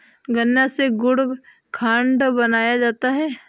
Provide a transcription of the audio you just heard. गन्ना से गुड़ खांड बनाया जाता है